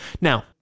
now